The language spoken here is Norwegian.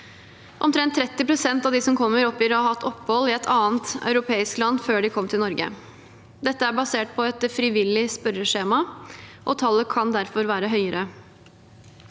Omtrent 30 pst. av dem som kommer, oppgir å ha hatt opphold i et annet europeisk land før de kom til Norge. Dette er basert på et frivillig spørreskjema, og tallet kan derfor være høyere.